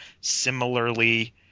similarly